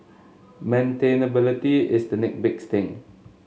maintainability is the next big thing